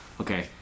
Okay